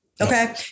Okay